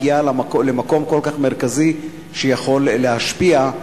הגיעה למקום כל כך מרכזי שהיא יכולה להשפיע.